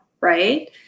right